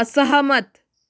असहमत